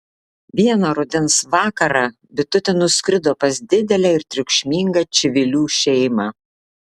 vieną rudens vakarą bitutė nuskrido pas didelę ir triukšmingą čivilių šeimą